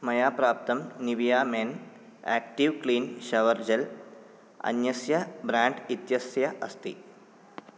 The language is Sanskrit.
मया प्राप्तं Nivea men active clean shower gel अन्यस्य ब्राण्ड् इत्यस्य अस्ति